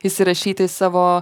įsirašyti į savo